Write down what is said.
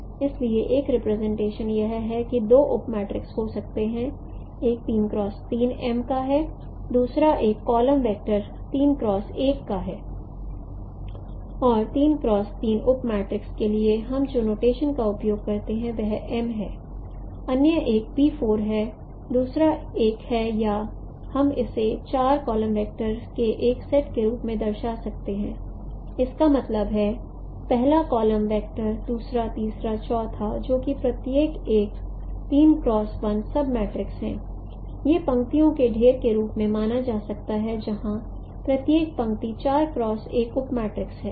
इसलिए एक रिप्रेजेंटेशन यह है कि दो उप मेट्रिक्स हो सकता है एक M का है दूसरा एक कॉलम वेक्टर 3 क्रॉस 1 है और उप मैट्रिक्स के लिए हम जो नोटेशन का उपयोग करते हैं वह M है अन्य एक है दूसरा एक है या हम इसे चार कॉलम वैक्टर के एक सेट के रूप में दर्शा सकते हैं इसका मतलब है पहला कॉलम वैक्टर दूसरा तीसरा चौथा जो कि प्रत्येक एक सब मैट्रिक्स है या पंक्तियों के ढेर के रूप में माना जा सकता है जहां प्रत्येक पंक्ति उप मैट्रिक्स है